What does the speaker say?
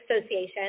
association